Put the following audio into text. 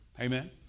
Amen